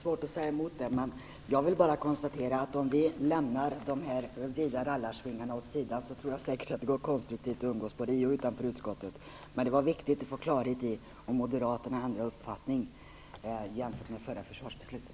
Fru talman! Det är svårt att säga emot det. Jag konstaterar bara att om vi lämnar rallarsvingarna åt sidan tror jag säkert att det går att umgås konstruktivt både i och utanför utskottet. Men det var viktigt att få klarhet i om moderaterna har ändrat uppfattning jämfört med förra försvarsbeslutet.